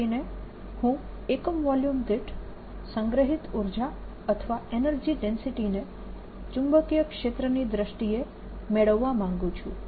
ખાસ કરીને હું એકમ વોલ્યુમ દીઠ સંગ્રહિત ઉર્જા અથવા એનર્જી ડેન્સિટી ને ચુંબકીય ક્ષેત્રની દ્રષ્ટિએ મેળવવા માંગુ છું